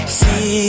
see